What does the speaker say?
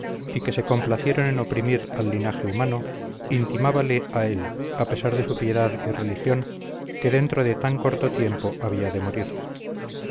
y que se complacieron en oprimir al linaje humano intimábale a él a pesar de su piedad y religión que dentro de tan corto tiempo había de morir